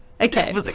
okay